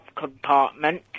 compartment